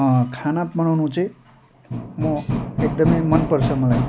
खाना बनाउनु चाहिँ म एकदमै मनपर्छ मलाई